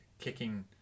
kicking